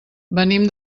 venim